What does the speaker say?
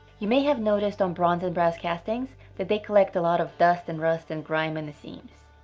you may have noticed on bronze and brass castings that they collect a lot of dust, and rust, and grime and the seams.